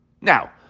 Now